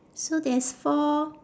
so there's four